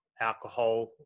alcohol